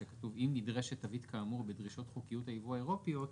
שכתוב: אם נדרשת תווית כאמור דרישות חוקיות היבוא האירופיות,